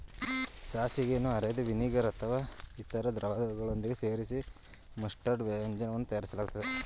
ಸಾಸಿವೆಯನ್ನು ಅರೆದು ವಿನಿಗರ್ ಅಥವಾ ಇತರ ದ್ರವಗಳೊಂದಿಗೆ ಸೇರಿಸಿ ಮಸ್ಟರ್ಡ್ ವ್ಯಂಜನವನ್ನು ತಯಾರಿಸಲಾಗ್ತದೆ